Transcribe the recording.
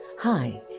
Hi